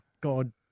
God